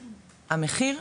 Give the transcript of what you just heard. המחיר,